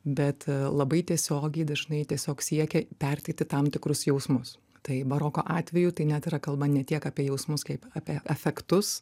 bet labai tiesiogiai dažnai tiesiog siekia perteikti tam tikrus jausmus tai baroko atveju tai net yra kalba ne tiek apie jausmus kaip apie afektus